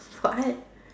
for what